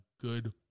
good